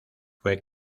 fue